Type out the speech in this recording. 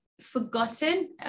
forgotten